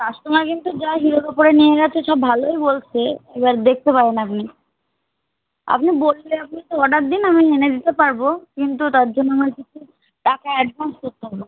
customer কিন্তু যা হিরোর ওপরে নিয়ে গেছে সব ভালোই বলছে এবার দেখতে পারেন আপানি আপনি বললে আপনি তো অর্ডার দিন আমি এনে দিতে পারবো কিন্তু তার জন্য আমার কিছু টাকা অ্যাডভান্স করতে হবে